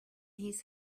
his